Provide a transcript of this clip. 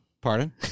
Pardon